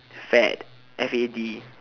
fad f a d